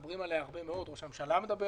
מדברים הרבה עליה הרבה ראש הממשלה מדבר